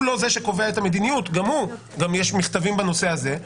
הוא זה שקובע את המדיניות גם יש מכתבים בנושא הזה.